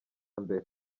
mbere